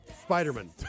Spider-Man